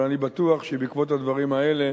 אבל אני בטוח שבעקבות הדברים האלה